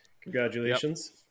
Congratulations